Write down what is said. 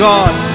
God